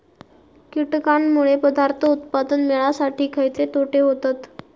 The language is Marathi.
कीटकांनमुळे पदार्थ उत्पादन मिळासाठी खयचे तोटे होतत?